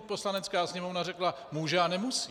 Poslanecká sněmovna řekla může a nemusí.